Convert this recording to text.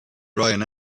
brian